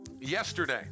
yesterday